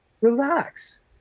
Relax